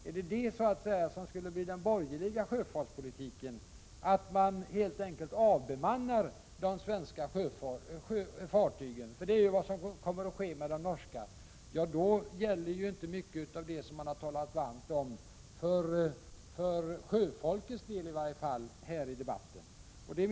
Är det detta som så att säga skulle bli den borgerliga sjöfartspolitiken, att man helt enkelt avbemannar de svenska fartygen? Detta är ju vad som kommer att ske med de norska fartygen. Då gäller ju inte mycket av det som man har talat varmt för i den här debatten —i varje fall inte för sjöfolkets del.